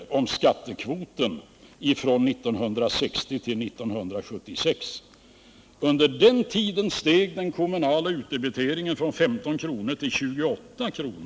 Från 1960 till 1976 steg den kommunala utdebiteringen från 15 kr. till 28 kr.